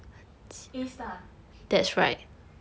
A star